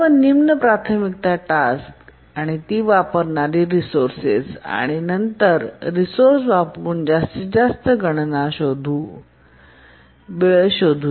सर्व निम्न प्राथमिकता टास्क आणि ती वापरणारी रिसोर्सेस आणि नंतर रिसोर्से वापरुन जास्तीत जास्त गणना वेळ शोधू